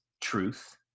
truth